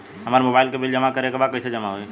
हमार मोबाइल के बिल जमा करे बा कैसे जमा होई?